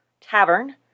tavern